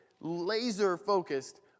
laser-focused